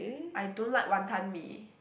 I don't like Wanton-Mee